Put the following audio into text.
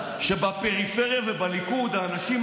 שבפריפריה ובליכוד האנשים,